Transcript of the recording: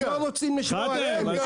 הם לא רוצים לשמוע את האמת.